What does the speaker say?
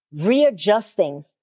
readjusting